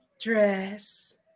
dress